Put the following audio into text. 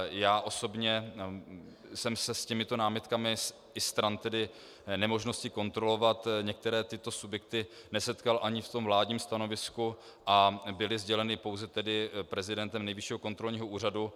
Já osobně jsem se s těmito námitkami i stran nemožnosti kontrolovat některé tyto subjekty nesetkal ani v tom vládním stanovisku a byly sděleny pouze prezidentem Nejvyššího kontrolního úřadu.